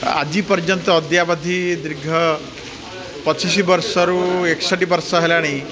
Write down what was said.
ଆଜି ପର୍ଯ୍ୟନ୍ତ ଅଦ୍ୟାବଧୀ ଦୀର୍ଘ ପଚିଶି ବର୍ଷରୁ ଏକଷଠି ବର୍ଷ ହେଲାଣି